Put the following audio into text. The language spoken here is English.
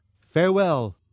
Farewell